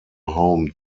home